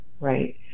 right